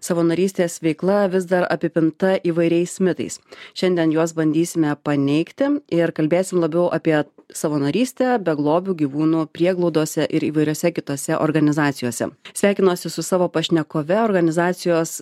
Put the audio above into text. savanorystės veikla vis dar apipinta įvairiais mitais šiandien juos bandysime paneigti ir kalbėsim labiau apie savanorystę beglobių gyvūnų prieglaudose ir įvairiose kitose organizacijose sveikinuosi su savo pašnekove organizacijos